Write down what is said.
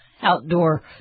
outdoor